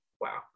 Wow